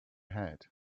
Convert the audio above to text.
hat